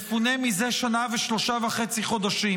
מפונה מזה שנה ושלושה וחצי חודשים.